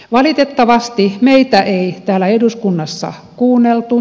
valitettavasti meitä ei täällä eduskunnassa kuunneltu